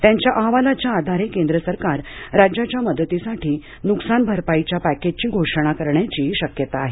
त्यांच्या अहवालाच्या आधारे केंद्र सरकार राज्याच्या मदतीसाठी नुकसान भरपाईच्या पॅकेजची घोषणा करण्याची शक्यता आहे